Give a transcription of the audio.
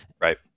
Right